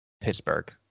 pittsburgh